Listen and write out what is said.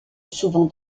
souvent